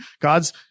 God's